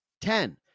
Ten